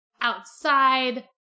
outside